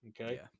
okay